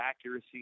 accuracy